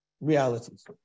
realities